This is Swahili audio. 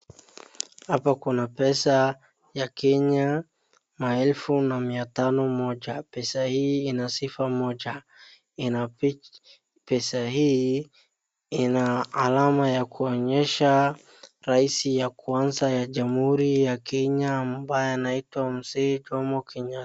Hapa kuna pesa ya Kenya, maelfu na Mia tano moja. Pesa hii ina sifa moja, pesa hii ina alama ya kuonyesha raisi ya kwanza ya jamuhuri ya Kenya ambaye anaitwa mzee Jomo Kenyatta.